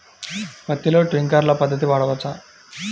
పత్తిలో ట్వింక్లర్ పద్ధతి వాడవచ్చా?